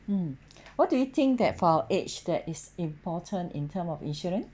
mm what do you think that for your age that is important in term of insurance